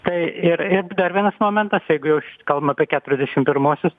tai ir dar vienas momentas jeigu jau kalbam apie keturiasdešim piemuosius